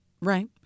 right